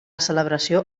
celebració